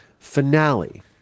Finale